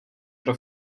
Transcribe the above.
pro